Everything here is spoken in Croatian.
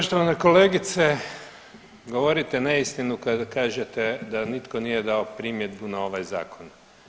Poštovana kolegice govorite neistinu kada kažete da nitko nije dao primjedbu na ovaj zakon.